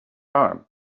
arm